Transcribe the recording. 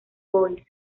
boys